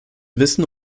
wissen